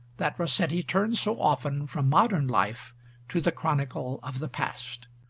that rossetti turned so often from modern life to the chronicle of the past.